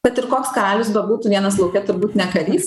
kad ir koks karalius bebūtų vienas lauke turbūt ne karys